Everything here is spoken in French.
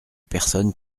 personne